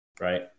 Right